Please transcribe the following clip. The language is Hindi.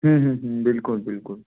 बिल्कुल बिल्कुल